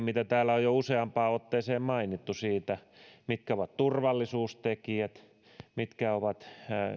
mitä täällä on useampaan otteeseen mainittu eli mitkä ovat turvallisuustekijät mitkä ovat